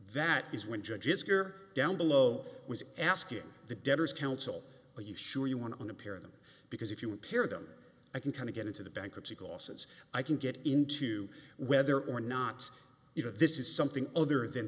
that is when judges gear down below was asking the debtors counsel are you sure you want to own a pair of them because if you appear them i can kind of get into the bankruptcy goss's i can get into whether or not you know this is something other than